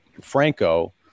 Franco